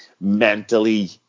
mentally